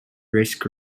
risk